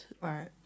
Right